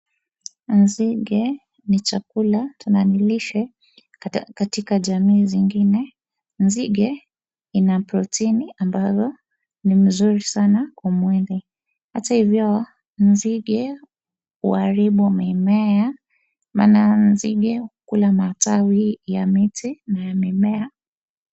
Nzige ni chakula tena ni lishe, katika jamii zingine. Nzige, ina protini ambavyo ni mzuri sana kwa mwili. Hata hivyo, nzige huharibu mimea, maana nzige hukula matawi ya miti na ya mimea.